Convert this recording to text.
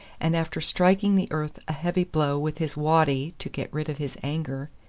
and after striking the earth a heavy blow with his waddy to get rid of his anger,